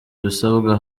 ibisabwa